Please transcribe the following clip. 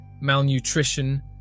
malnutrition